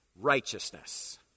righteousness